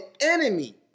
enemy